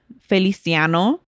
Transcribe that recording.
Feliciano